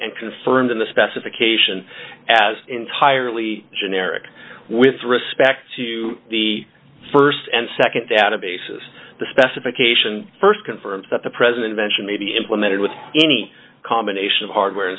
and confirmed in the specification as entirely generic with respect to the st and nd data bases the specification st confirms that the president mentioned may be implemented with any combination of hardware